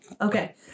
Okay